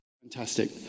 Fantastic